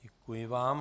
Děkuji vám.